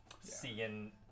seeing